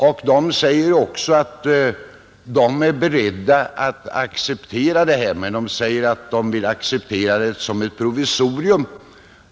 Föreningen säger sig också vara beredd att acceptera förslaget men anser att förslaget bör betraktas som ett provisorium.